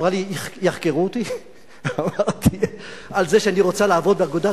והיא אמרה לי: יחקרו אותי על זה שאני רוצה לעבוד באגודה?